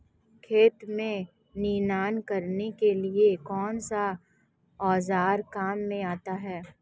खेत में निनाण करने के लिए कौनसा औज़ार काम में आता है?